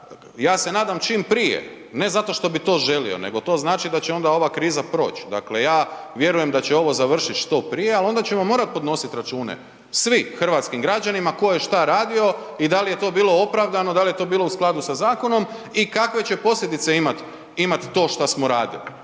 ja se nadam čim prije, ne zato što bi to želio nego to znači da će onda ova kriza proć. Dakle ja vjerujem da će ovo završit što prije, al onda ćemo morat podnosit račune svi hrvatskim građanima ko je šta radio i da li je to bilo opravdano, da li je to bilo u skladu sa zakonom i kakve će posljedice imat to šta smo radili.